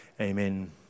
Amen